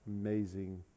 amazing